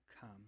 come